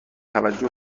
توجه